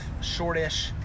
shortish